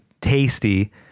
tasty